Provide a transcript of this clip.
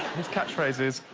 his catchphrases,